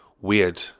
Weird